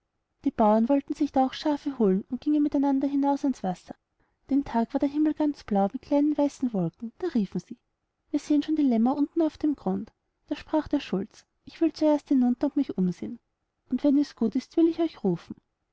die bauern wollten sich da auch schafe holen und gingen mit einander hinaus ans wasser den tag war der himmel ganz blau mit kleinen weißen wolken da riefen sie wir sehen schon die lämmer unten auf dem grund da sprach der schulz ich will erst hinunter und mich umsehen und wenn es gut ist will ich euch rufen